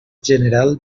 general